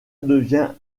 devient